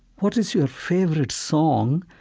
what is your favorite song?